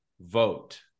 vote